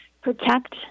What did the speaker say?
protect